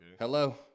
Hello